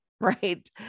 right